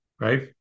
right